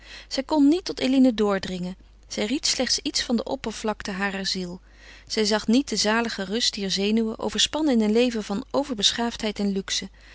zij kon niet tot eline doordringen zij ried slechts iets van de oppervlakte harer ziel zij zag niet de zalige rust dier zenuwen overspannen in een leven van overbeschaafdheid en luxe